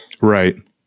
Right